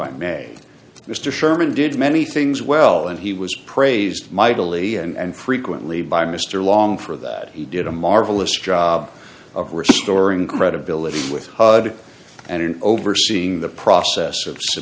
i may mr sherman did many things well and he was praised mightily and frequently by mr long for that he did a marvelous job of restoring credibility with and in overseeing the process of